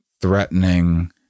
threatening